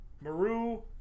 Maru